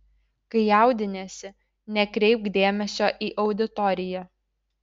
kai jaudiniesi nekreipk dėmesio į auditoriją